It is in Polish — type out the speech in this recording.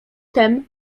tem